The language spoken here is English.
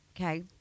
Okay